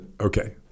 okay